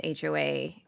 HOA